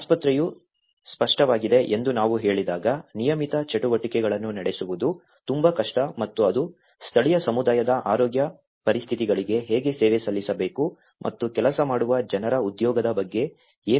ಆಸ್ಪತ್ರೆಯು ಸ್ಪಷ್ಟವಾಗಿದೆ ಎಂದು ನಾವು ಹೇಳಿದಾಗ ನಿಯಮಿತ ಚಟುವಟಿಕೆಗಳನ್ನು ನಡೆಸುವುದು ತುಂಬಾ ಕಷ್ಟ ಮತ್ತು ಅದು ಸ್ಥಳೀಯ ಸಮುದಾಯದ ಆರೋಗ್ಯ ಪರಿಸ್ಥಿತಿಗಳಿಗೆ ಹೇಗೆ ಸೇವೆ ಸಲ್ಲಿಸಬೇಕು ಮತ್ತು ಕೆಲಸ ಮಾಡುವ ಜನರ ಉದ್ಯೋಗದ ಬಗ್ಗೆ ಏನು